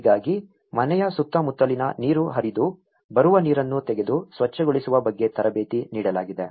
ಹೀಗಾಗಿ ಮನೆಯ ಸುತ್ತ ಮುತ್ತಲಿನ ನೀರು ಹರಿದು ಬರುವ ನೀರನ್ನು ತೆಗೆದು ಸ್ವಚ್ಛಗೊಳಿಸುವ ಬಗ್ಗೆ ತರಬೇತಿ ನೀಡಲಾಗಿದೆ